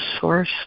source